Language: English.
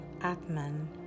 Atman